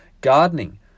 gardening